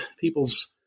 people's